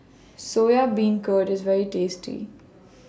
Soya Beancurd IS very tasty